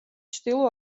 ჩრდილო